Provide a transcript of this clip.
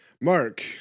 Mark